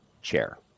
Chair